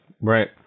right